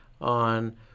on